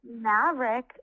maverick